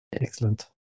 excellent